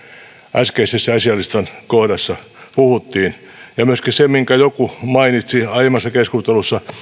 äskeisessä asialistan kohdassa puhuttiin ja myöskin se minkä joku mainitsi aiemmassa keskustelussa